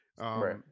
right